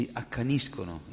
accaniscono